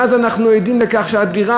ואז אנחנו עדים לכך שהדירה,